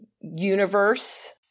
universe